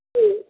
ਠੀਕ